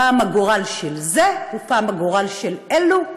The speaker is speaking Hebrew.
פעם הגורל של זה ופעם הגורל של אלה,